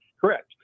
Correct